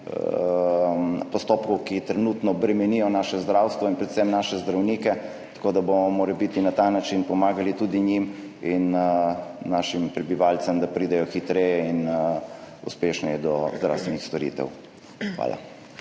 postopkov, ki trenutno bremenijo naše zdravstvo in predvsem naše zdravnike, tako da bomo morebiti na ta način pomagali tudi njim in našim prebivalcem, da pridejo hitreje in uspešneje do zdravstvenih storitev. Hvala.